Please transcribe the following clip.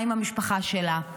מה עם מהשפחה שלה.